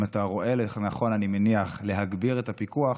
אם אתה רואה לנכון, אני מניח, להגביר את הפיקוח,